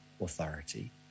authority